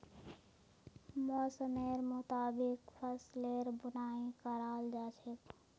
मौसमेर मुताबिक फसलेर बुनाई कराल जा छेक